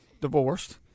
divorced